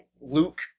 Luke